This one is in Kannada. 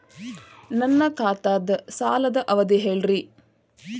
ನನ್ನ ಖಾತಾದ್ದ ಸಾಲದ್ ಅವಧಿ ಹೇಳ್ರಿ